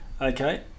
Okay